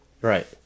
right